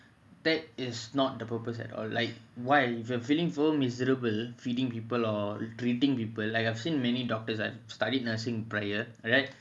that is not the purpose at all like why if you're feeling so miserable feeding people or treating people like I've seen many doctors that studied nursing prior